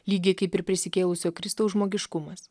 lygiai kaip ir prisikėlusio kristaus žmogiškumas